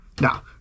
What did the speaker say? Now